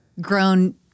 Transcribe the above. grown